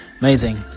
amazing